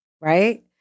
right